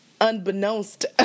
unbeknownst